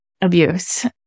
abuse